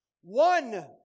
One